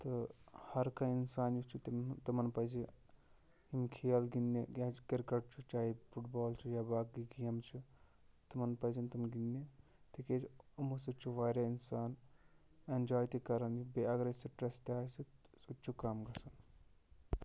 تہٕ ہر کانٛہہ اِنسان یُس چھِ تِم تِمَن پَزِ یِم کھیل گِنٛدنہِ یا چھُ کِرکَٹ چھُ چاہے فُٹ بال چھُ یا باقٕے گیم چھِ تِمَن پَزن تِم گِنٛدنہِ تِکیٛازِ یِمَو سۭتۍ چھِ واریاہ اِنسان ایٚنجاے تہِ کَرَن یہِ بیٚیہِ اگر ہَے سِٹرٛٮ۪س تہِ آسہِ سُہ تہِ چھُ کَم گژھان